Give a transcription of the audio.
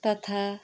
तथा